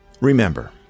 Remember